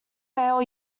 rail